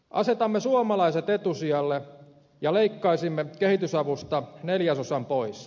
asetamme suomalaiset etusijalle ja leikkaisimme kehitysavusta neljäsosan pois